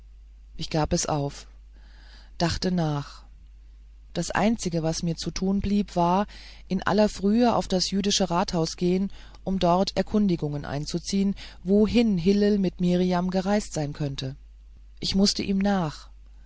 ich gab es auf dachte nach das einzige was mir zu tun blieb war in aller frühe auf das jüdische rathaus zu gehen um dort erkundigungen einzuziehen wohin hillel mit mirjam gereist sein könne ich mußte ihm nach